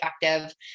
effective